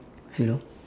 hello